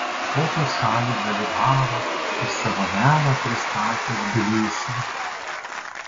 kokios šalys dalyvavo ir savo meną pristatė tbilisyje